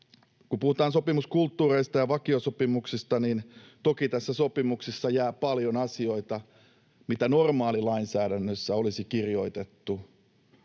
Kun puhutaan sopimuskulttuureista ja vakiosopimuksista, niin toki tässä sopimuksessa jää paljon asioita, mitä normaalilainsäädännössä olisi kirjoitettu